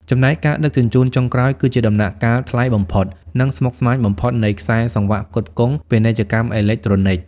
ចំណែកការដឹកជញ្ជូនចុងក្រោយ គឺជាដំណាក់កាលថ្លៃបំផុត និងស្មុគស្មាញបំផុតនៃខ្សែសង្វាក់ផ្គត់ផ្គង់ ពាណិជ្ជកម្មអេឡិចត្រូនិក ។